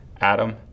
Adam